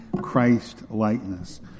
Christ-likeness